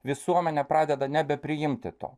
visuomenė pradeda nebepriimti to